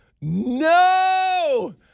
no